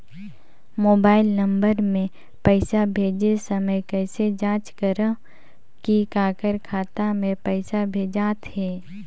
Mobile number मे पइसा भेजे समय कइसे जांच करव की काकर खाता मे पइसा भेजात हे?